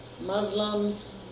Muslims